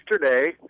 yesterday